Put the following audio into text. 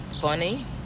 funny